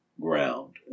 ground